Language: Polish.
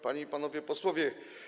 Panie i Panowie Posłowie!